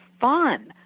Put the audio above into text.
fun